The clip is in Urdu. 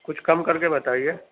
کچھ کم کر کے بتائیے